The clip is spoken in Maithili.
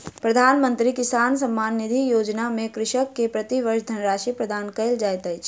प्रधानमंत्री किसान सम्मान निधि योजना में कृषक के प्रति वर्ष धनराशि प्रदान कयल जाइत अछि